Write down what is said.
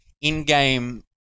in-game